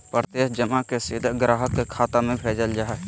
प्रत्यक्ष जमा के सीधे ग्राहक के खाता में भेजल जा हइ